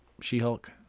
She-Hulk